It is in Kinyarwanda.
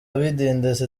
bidindiza